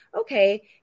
okay